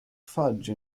fudge